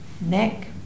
Neck